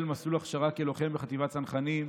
והחל מסלול הכשרה כלוחם בחטיבת הצנחנים,